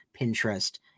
Pinterest